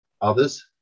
others